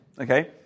okay